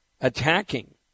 attacking